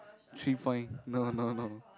three point no no no